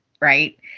right